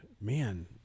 man